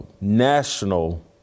national